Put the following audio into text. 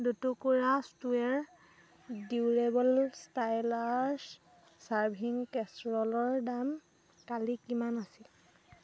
দুটুকুৰা ষ্টুৱেৰ durable stylish serving কেচৰলৰ দাম কালি কিমান আছিল